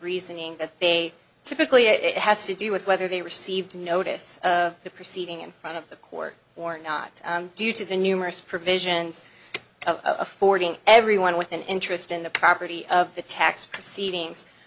reasoning that they typically it has to do with whether they received notice of the proceeding in front of the court or not due to the numerous provisions of affording everyone with an interest in the property of the tax proceedings